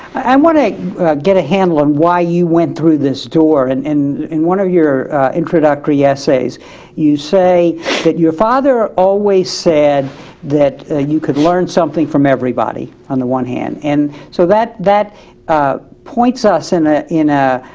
i um wanna get a handle on why you went through this door and in in one of your introductory essays you say that your father always said that you could learn something from everybody on the one hand. and so that that points us and ah ah